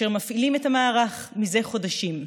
אשר מפעילים את המערך מזה חודשים.